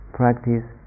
practice